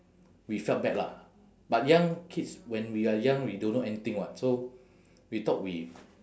we felt bad lah but young kids when we are young we don't know anything [what] so we thought we